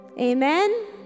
amen